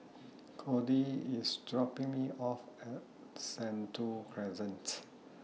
Kody IS dropping Me off At Sentul Crescents